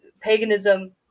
paganism